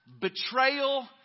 betrayal